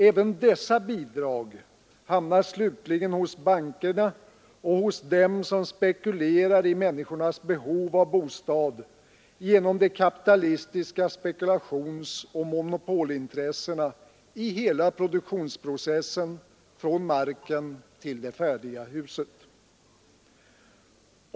Även dessa bidrag hamnar slutligen hos bankerna och hos dem som spekulerar i människornas behov av bostad genom de kapitalistiska spekulationsoch monopolintressena i hela produktionsprocessen, från marken till det färdiga huset.